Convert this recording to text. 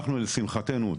לשמחתנו,